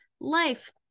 life